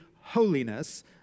holiness